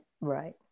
Right